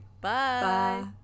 bye